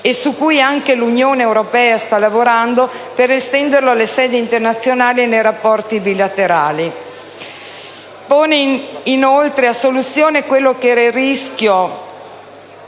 e su cui anche l'Unione europea sta lavorando per estenderlo alle sedi internazionali e ai rapporti bilaterali. Pone inoltre a soluzione il rischio